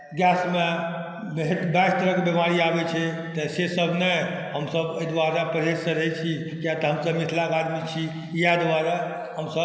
गैसमे बाइस तरहके बीमारी आबै छै तऽ से सब नहि हमसब एहि दुआरे परहेजसँ रहै छी किएक तऽ हमसब मिथिलाके आदमी छी इएह दुआरे हमसब